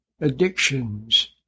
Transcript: addictions